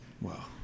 Wow